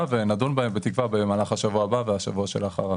ונדון בהן בתקווה במהלך השבוע הבא והשבוע שאחריו.